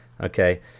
okay